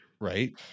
Right